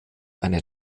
eine